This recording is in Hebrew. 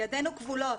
ידינו כבולות.